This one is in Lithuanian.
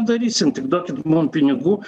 darysim tik duokit mum pinigų